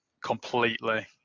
completely